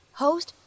host